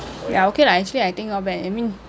ya okay lah actually I think not bad I mean